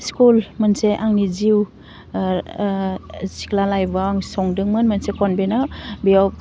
school मोनसे आंनि जिउ ओह सिख्ला लाइफआव आं संदोंमोन मोनसे खनभेन्टआ बेयाव